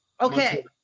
Okay